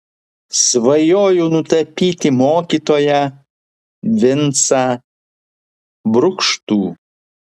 svajoju nutapyti mokytoją vincą brukštų